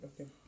okay